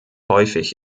häufig